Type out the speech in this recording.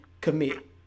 commit